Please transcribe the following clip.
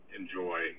enjoy